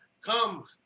Come